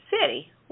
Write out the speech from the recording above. city